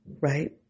right